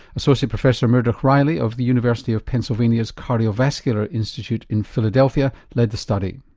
associate professor muredach reilly of the university of pennsylvania's cardiovascular institute in philadelphia led the study.